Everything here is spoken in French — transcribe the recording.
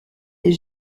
les